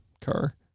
car